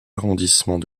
arrondissements